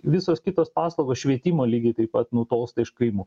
visos kitos paslaugos švietimo lygiai taip pat nutolsta iš kaimų